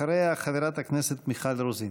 אחריה, חברת הכנסת מיכל רוזין.